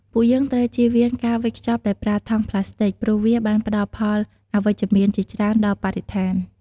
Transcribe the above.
ពួកយើងត្រូវជៀសវាងការវេចខ្ចប់ដោយប្រើថង់ប្លាស្ទិកព្រោះវាបានផ្ដល់ផលអវិជ្ជមានជាច្រើនដល់បរិស្ថាន។